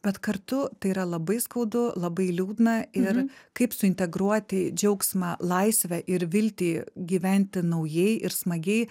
bet kartu tai yra labai skaudu labai liūdna ir kaip suintegruoti džiaugsmą laisvę ir viltį gyventi naujai ir smagiai